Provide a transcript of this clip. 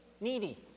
needy